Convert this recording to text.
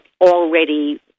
already